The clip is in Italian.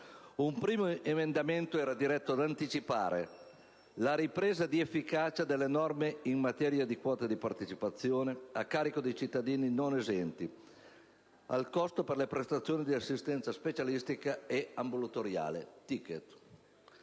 Un primo emendamento è diretto ad anticipare la ripresa di efficacia delle norme in materia di quote di partecipazione, a carico dei cittadini non esenti, al costo per le prestazioni di assistenza specialistica ambulatoriale (*ticket*).